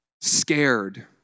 scared